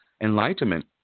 enlightenment